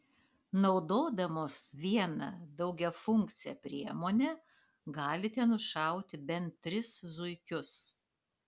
naudodamos vieną daugiafunkcę priemonę galite nušauti bent tris zuikius